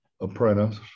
apprentice